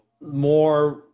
more